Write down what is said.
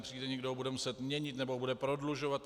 Přijde, někdo ho bude muset měnit nebo ho bude prodlužovat atd.